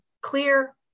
clear